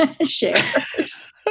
shares